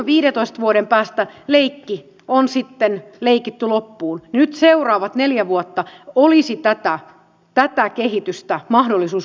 viidentoista vuoden päästä leikki on sitten leikitty loppuun ja nyt seuraavat neljä vuotta olisi tätä kehitystä mahdollisuus muuttaa